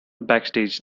backstage